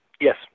Yes